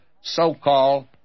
so-called